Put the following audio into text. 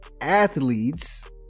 athletes